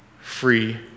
free